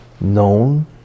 known